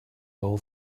all